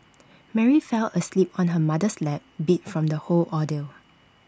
Mary fell asleep on her mother's lap beat from the whole ordeal